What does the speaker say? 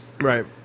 Right